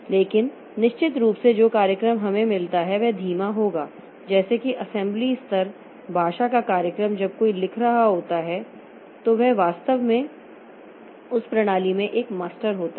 लेकिन निश्चित रूप से जो कार्यक्रम हमें मिलता है वह धीमा होगा जैसे कि असेंबली स्तर भाषा का कार्यक्रम जब कोई लिख रहा होता है तो वह वास्तव में उस प्रणाली में एक मास्टर होता है